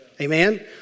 Amen